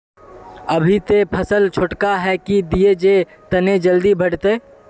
अभी ते फसल छोटका है की दिये जे तने जल्दी बढ़ते?